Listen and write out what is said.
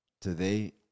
today